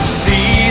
see